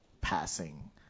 passing